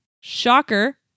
Shocker